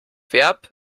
verb